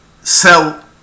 sell